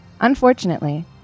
Unfortunately